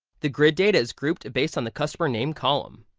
the grid data is grouped based on the customer name column.